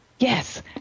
Yes